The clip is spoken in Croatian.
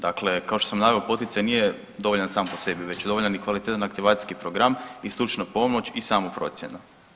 Dakle, kao što sam naveo poticaj nije dovoljan sam po sebi već je dovoljan i kvalitetan aktivacijski program i stručna pomoć i sama procjena.